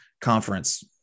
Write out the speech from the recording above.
conference